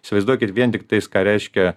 įsivaizduokit vien tiktais ką reiškia